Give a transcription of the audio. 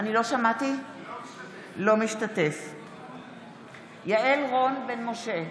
אינו משתתף בהצבעה יעל רון בן משה,